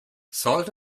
salt